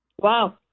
wow